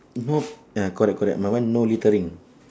you go ya correct correct my one no littering